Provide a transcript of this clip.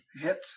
hit